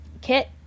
Kit